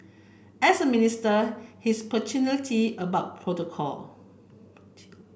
as a minister he's punctuality about protocol